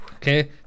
Okay